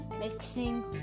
mixing